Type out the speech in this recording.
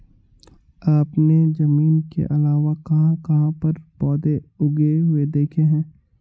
आपने जमीन के अलावा कहाँ कहाँ पर पौधे उगे हुए देखे हैं?